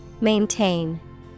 Maintain